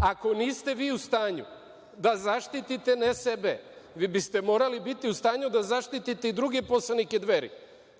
Ako niste vi u stanju da zaštitite ne sebe, vi biste morali biti u stanju da zaštitite i druge poslanike Dveri,